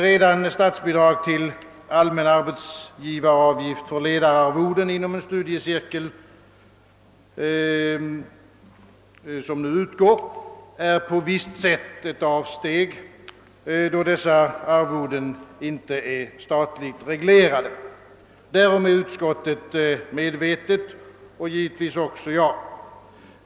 Redan statsbidrag till allmän arbetsgivaravgift för ledararvoden inom en studiecirkel, som nu utgår, innebär på visst sätt ett avsteg från huvudprincipen, enär dessa arvoden inte är statligt reglerade. Därom är utskottet medvetet, givetvis också jag.